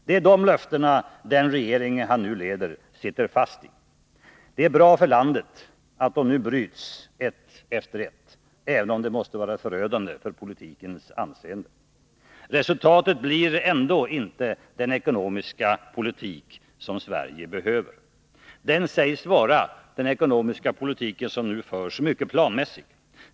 Det är dessa löften som den regering han nu leder sitter fast i. Det är bra för landet att de nu bryts ett efter ett, även om det måste vara förödande för politikens anseende. Resultatet blir ändå inte den ekonomiska politik som Sverige behöver. Den ekonomiska politik som nu förs sägs vara mycket planmässig.